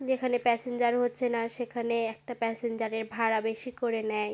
যেখানে প্যাসেঞ্জার হচ্ছে না সেখানে একটা প্যাসেঞ্জারর ভাড়া বেশি করে নেয়